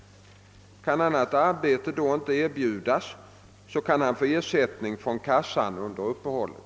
Kan annat arbete då inte erbjudas, kan han få ersättning från kassan under uppehållet.